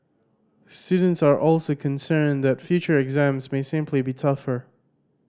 students are also concerned that future exams may simply be tougher